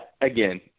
again